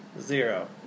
Zero